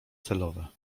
celowe